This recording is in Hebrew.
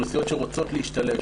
אוכלוסיות שרוצות להשתלב,